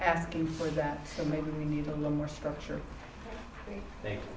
asking for that so maybe we need a little more structure they think